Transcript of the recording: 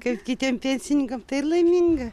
kaip kitiem pensininkam tai ir laiminga